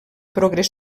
progrés